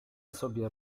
sobie